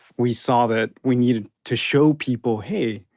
we saw that we needed to show people hey,